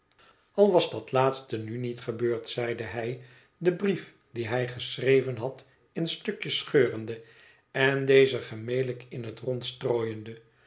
al was dat laatst nu niet gebeurd zeide hij den brief dien hij geschreven had in stukjes scheurende en deze gemelijk in het rond strooiende